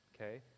Okay